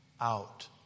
out